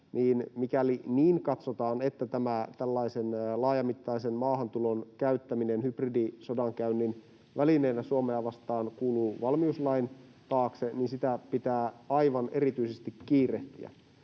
mikäli katsotaan, että laajamittaisen maahantulon käyttäminen hybridisodankäynnin välineenä Suomea vastaan kuuluu valmiuslain taakse, niin sitä pitää aivan erityisesti kiirehtiä.